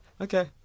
Okay